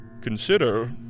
Consider